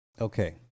Okay